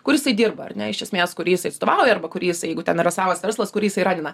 kur jisai dirba ar ne iš esmės kurį jisai atstovauja arba kurį jisai jeigu ten yra savas verslas kurį jisai ranina